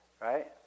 Right